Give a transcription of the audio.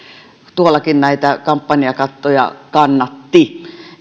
tuollakin näitä kampanjakattoja kannatti